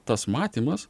tas matymas